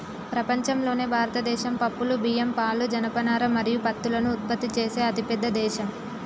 ప్రపంచంలోనే భారతదేశం పప్పులు, బియ్యం, పాలు, జనపనార మరియు పత్తులను ఉత్పత్తి చేసే అతిపెద్ద దేశం